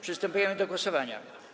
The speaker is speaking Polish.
Przystępujemy do głosowania.